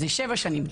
זה שבע שנים.